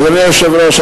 אדוני היושב-ראש,